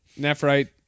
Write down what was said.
Nephrite